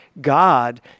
God